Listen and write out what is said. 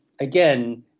again